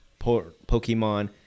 pokemon